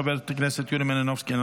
חברת הכנסת יוליה מלינובסקי,